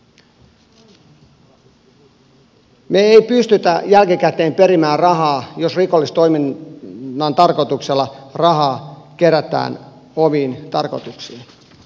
me emme pysty jälkikäteen perimään rahaa jos rikollisella toiminnalla rahaa kerätään omiin tarkoituksiin